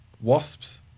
wasps